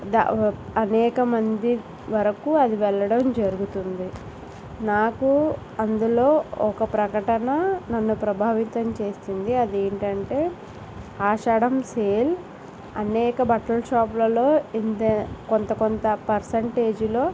the అనేక మంది వరకు అది వెళ్ళడం జరుగుతుంది నాకు అందులో ఒక ప్రకటన నన్ను ప్రభావితం చేసింది అది ఏంటంటే ఆషాడం సేల్ అనేక బట్టల షాపులలో ఇంత కొంత కొంత పర్సంటేజ్లో